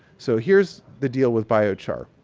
so, here's the deal with biochar.